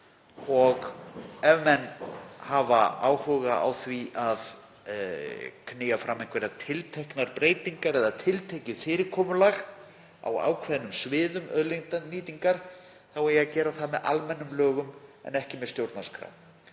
Og ef menn hafa áhuga á því að knýja fram einhverjar tilteknar breytingar eða tiltekið fyrirkomulag á ákveðnum sviðum auðlindanýtingar eigi að gera það með almennum lögum en ekki í stjórnarskrá.